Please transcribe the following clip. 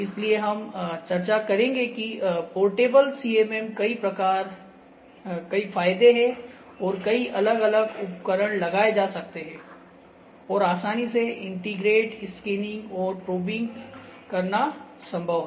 इसलिए हम चर्चा करेंगे कि पोर्टेबल CMM कई फायदे है और कई अलग अलग उपकरण लगाए जा सकते हैं और आसानी से इंटीग्रेट स्कैनिंग और प्रोबिंग करना संभव है